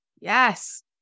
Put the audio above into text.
yes